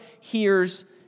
hears